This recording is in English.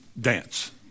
dance